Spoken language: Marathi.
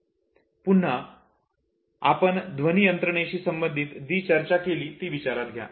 आता पुन्हा आपण ध्वनी यंत्रणेशी संबंधित जी चर्चा केली ती विचारात घ्या